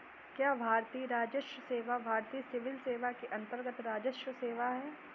क्या भारतीय राजस्व सेवा भारतीय सिविल सेवा के अन्तर्गत्त राजस्व सेवा है?